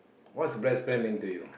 what's best friend mean to you